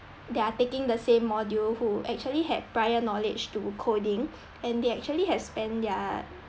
that are taking the same module who actually had prior knowledge to coding and they actually have spend their